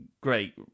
great